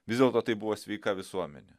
vis dėlto tai buvo sveika visuomenė